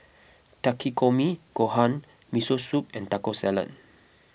Takikomi Gohan Miso Soup and Taco Salad